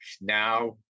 now